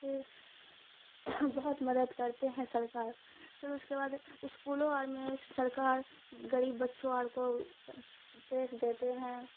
پھر بہت مدد کرتے ہیں سرکار پھر اس کے بعد اسکولوں اور میں سرکر غریب بچوں اور کو ڈریس دیتے ہیں